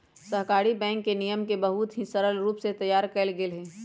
सहकारी बैंक के नियम के बहुत ही सरल रूप से तैयार कइल गैले हई